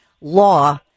law